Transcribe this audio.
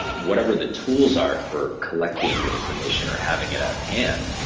whatever the tools are for collecting the information or having it at hand,